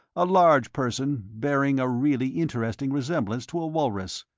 a large person bearing a really interesting resemblance to a walrus,